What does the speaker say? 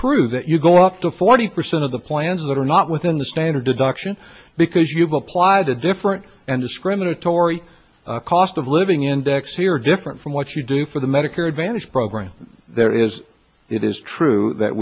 true that you go up to forty percent of the plans that are not within the standard deduction because you've applied a different and discriminatory cost of living index here different from what you do for the medicare advantage program there is it is true that